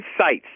sites